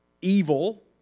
evil